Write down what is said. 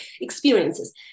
experiences